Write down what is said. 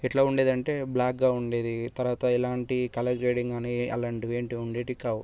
ఏట్లా ఉండేదంటే బ్ల్యాక్గా ఉండేది తర్వాత ఎలాంటి కలర్ గ్రేడింగ్ గానీ అలాంటివి ఏంటివి ఉండేటివి కావు